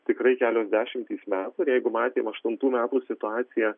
tikrai kelios dešimtys metų ir jeigu matėm aštuntų metų situaciją